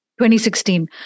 2016